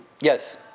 Yes